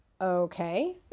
Okay